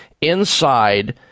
inside